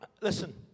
Listen